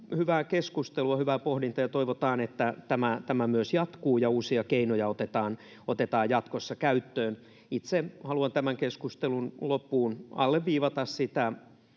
hyvää keskustelua, hyvää pohdintaa, ja toivotaan, että tämä myös jatkuu ja uusia keinoja otetaan jatkossa käyttöön. Itse haluan tämän keskustelun loppuun alleviivata